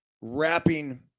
wrapping